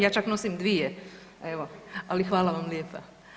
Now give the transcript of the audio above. Ja čak nosim dvije evo, ali hvala vam lijepa.